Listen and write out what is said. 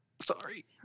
sorry